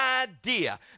idea